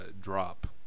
drop